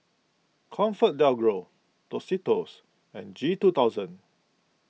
Comfort Del Gro Tostitos and G two thousand